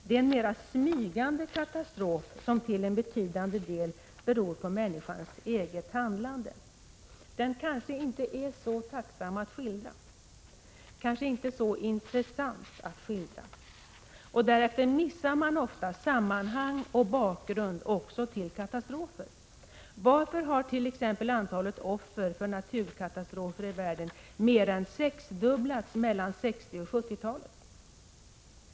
Det är en mera ”smygande” katastrof som till en betydande del beror på människans eget handlande. Det är kanske inte så tacksamt och så intressant att skildra detta, och därför missar man ofta sammanhang och bakgrund också när det gäller katastrofer. Varför har t.ex. antalet offer för naturkatastrofer i världen mer än sexdubblats mellan 60-talet och 70-talet?